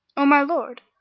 o my lord,